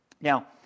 Now